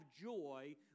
joy